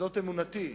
זאת אמונתי,